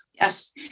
Yes